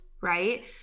right